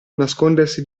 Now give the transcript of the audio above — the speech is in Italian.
nascondersi